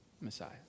Messiah